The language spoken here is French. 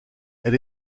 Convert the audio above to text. elle